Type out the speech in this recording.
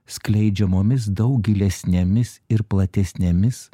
skleidžiamomis daug gilesnėmis ir platesnėmis